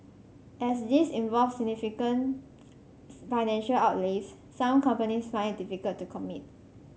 as these involve significant financial outlays some companies find it difficult to commit